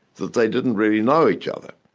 that they didn't really know each other.